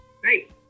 great